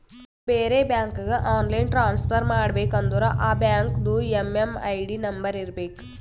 ಬೇರೆ ಬ್ಯಾಂಕ್ಗ online transfer ಮಾಡಬೇಕ ಅಂದುರ್ ಆ ಬ್ಯಾಂಕ್ದು ಎಮ್.ಎಮ್.ಐ.ಡಿ ನಂಬರ್ ಇರಬೇಕ